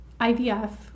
IVF